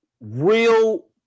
real